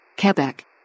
Quebec